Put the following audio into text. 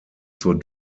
zur